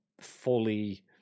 fully